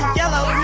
yellow